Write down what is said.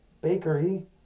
bakery